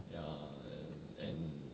ya err then